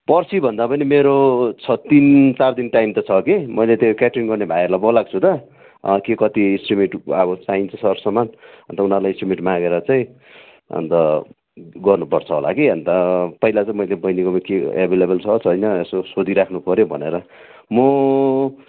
पर्सि भन्दा पनि मेरो छ तिन चार दिन टाइम त छ कि मैले त्यो क्याटरिङ गर्ने भाइहरूलाई बोलाएको छु त के कति इस्टिमेट अब चाहिन्छ सरसामान अन्त उनीहरूलाई इस्टिमेट मागेर चाहिँ अन्त गर्नुपर्छ होला कि अन्त पहिला चाहिँ मैले बहिनीकोमा के एभाइलेबल छ छैन यसो सोधिराख्नु पऱ्यो भनेर म